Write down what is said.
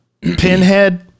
Pinhead